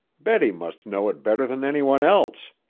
betty must know it better than any one else.